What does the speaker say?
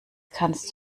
kannst